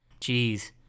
Jeez